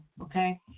okay